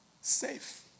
safe